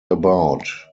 about